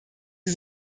die